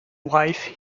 wife